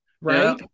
Right